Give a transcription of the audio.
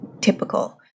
typical